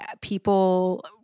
people